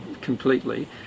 completely